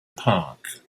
park